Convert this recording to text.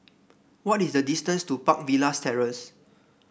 what is the distance to Park Villas Terrace